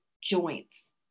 joints